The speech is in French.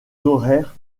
horaires